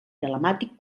telemàtic